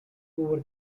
over